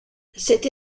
cette